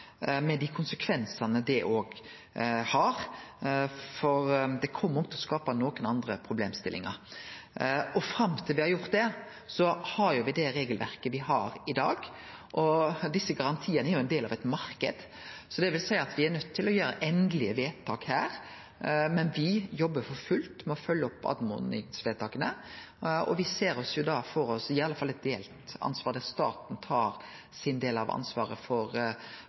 med dei konsekvensane det òg har, for det kjem til å skape nokre andre problemstillingar. Fram til ein har gjort det, har me det regelverket me har i dag. Desse garantiane er jo ein del av ein marknad, så det vil seie at me er nøydde til å gjere endelege vedtak her. Men me jobbar for fullt med å følgje opp oppmodingsvedtaka, og me ser for oss eit delt ansvar der staten tar sin del av ansvaret for